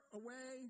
away